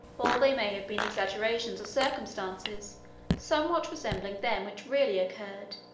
or they may have been exaggerations of circumstances somewhat resembling them which really occurred,